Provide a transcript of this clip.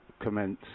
Commence